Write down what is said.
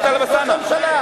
ואני רוצה לסיים,